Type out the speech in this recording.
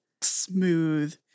smooth